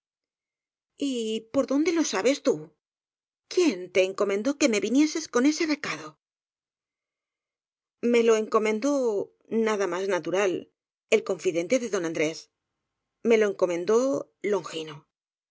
por dónde lo sabes tú quién te enco mendó que me vinieses con ese recado me lo encomendó nada más natural el con fidente de don andrés me lo encomendó longino